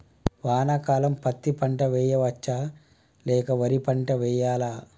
వానాకాలం పత్తి పంట వేయవచ్చ లేక వరి పంట వేయాలా?